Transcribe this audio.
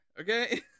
okay